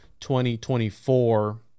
2024